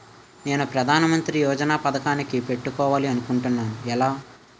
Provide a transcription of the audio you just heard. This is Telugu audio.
నేను ప్రధానమంత్రి యోజన పథకానికి పెట్టుకోవాలి అనుకుంటున్నా ఎలా?